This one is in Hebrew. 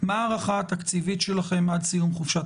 ולהערכתכם מדינות נוספות